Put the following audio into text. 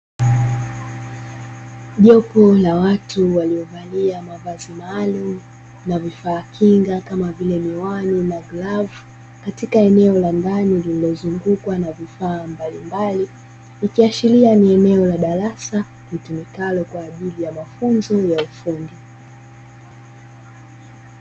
Jopo la watu waliovalia mavazi maalumu na vifaa kinga kama vile miwani na glavu, katika eneo la ndani lililozungukwa na vifaa mbalimbali, ikiashiria ni eneo la darasa litumikalo kwa ajili ya mafunzo ya ufundi.